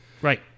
Right